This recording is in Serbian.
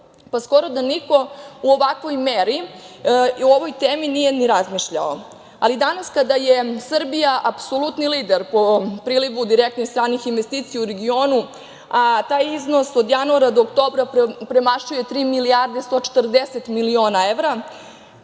pa skoro da niko u ovakvoj meri o ovoj temi nije ni razmišljao. Ali, danas kada je Srbija apsolutni lider po prilivu direktnih stranih investicija u regionu, a taj iznos od januara do oktobra premašuje tri milijarde 140 miliona evra,